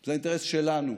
זה האינטרס שלנו.